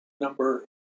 Number